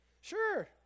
Sure